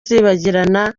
atazibagirana